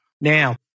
Now